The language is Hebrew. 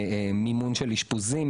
מימון אשפוזים,